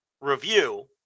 review